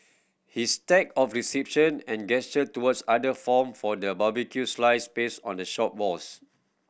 his stack of reception and gesture towards other form for the barbecued slices pasted on the shop walls